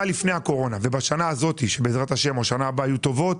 לפני הקורונה ובשנה הזאת ובעזרת השם בשנה הבאה יהיו טובות,